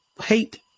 hate